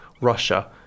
Russia